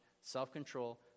self-control